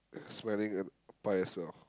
smelling a pie as well